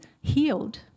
healed